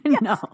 No